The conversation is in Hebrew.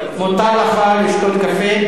מותר לך לשתות קפה,